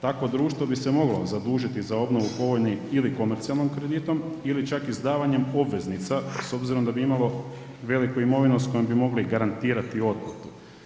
Takvo društvo bi se moglo zadužiti za obnovu povoljnih ili komercijalnim kreditom ili čak izdavanjem obveznica s obzirom da bi imali veliku imovinu s kojom bi mogli garantirati otplatu.